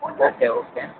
okay okay